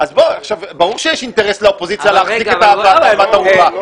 ברור שיש אינטרס לאופוזיציה להחזיק את הוועדה כבת ערובה.